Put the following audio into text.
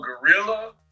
gorilla